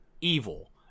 evil